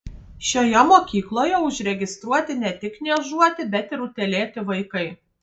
šioje mokykloje užregistruoti ne tik niežuoti bet ir utėlėti vaikai